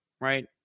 right